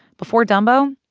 before dumbo,